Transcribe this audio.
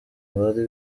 bari